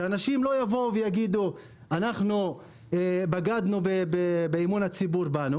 שאנשים לא יגידו שבגדנו באמון הציבור בנו